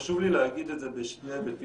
חשוב לי להגיד את זה בשני היבטים.